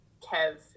Kev